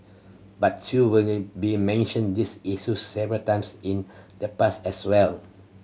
but you've been mentioned these issues several times in the past as well